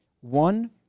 One